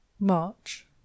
march